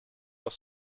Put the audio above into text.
was